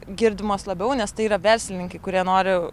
girdimos labiau nes tai yra verslininkai kurie nori